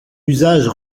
usage